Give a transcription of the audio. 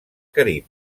carib